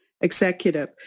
executive